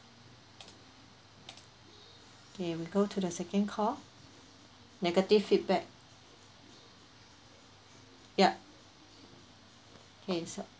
K we'll go to the second call negative feedback yup K so